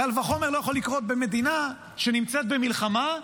קל וחומר לא יכול לקרות במדינה שנמצאת במלחמה,